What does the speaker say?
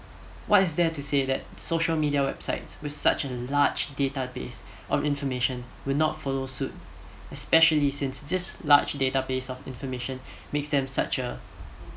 what is there to say that social media websites with such a large database or information would not follow suit especially since this large database of information makes them such a